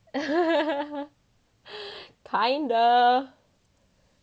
kind of